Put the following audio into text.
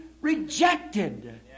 rejected